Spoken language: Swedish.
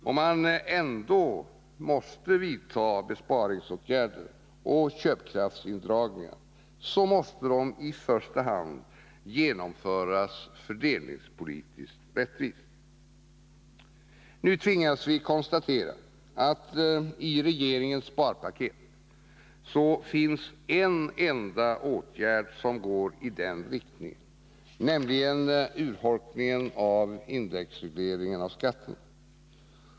Om man ändå måste vidta besparingsåtgärder och köpkraftsindragningar måste de i första hand genomföras fördelningspolitiskt rättvist”. Nu tvingas vi konstatera att i regeringens sparpaket finns en enda åtgärd som går i den riktningen — nämligen urholkningen av indexregleringen av skatterna.